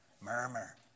murmur